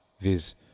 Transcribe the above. viz